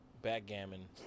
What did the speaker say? backgammon